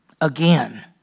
again